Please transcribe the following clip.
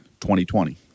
2020